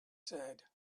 said